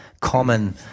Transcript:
common